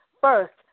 First